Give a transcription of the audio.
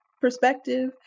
perspective